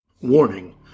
Warning